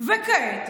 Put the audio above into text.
"וכעת,